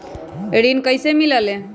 ऋण कईसे मिलल ले?